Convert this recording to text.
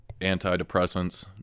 antidepressants